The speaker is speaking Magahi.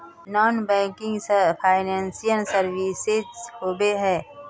नॉन बैंकिंग फाइनेंशियल सर्विसेज होबे है?